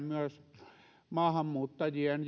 myös tiedän maahanmuuttajien